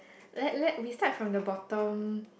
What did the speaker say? let let we start from the bottom